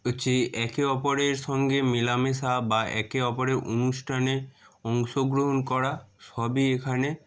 হচ্ছে একে অপরের সঙ্গে মেলামেশা বা একে অপরের অনুষ্ঠানে অংশগ্রহণ করা সবই এখানে